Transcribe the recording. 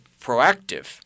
proactive